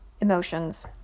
Emotions